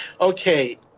Okay